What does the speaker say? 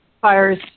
fires